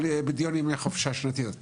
על פדיון ימי חופשה שנתיים.